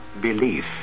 belief